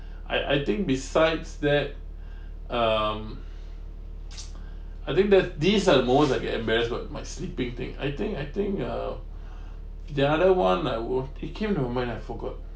I I think besides that um I think that's these are the most I get embarrassed [what] my sleeping thing I think I think uh the other one I worked they came a moment I forgot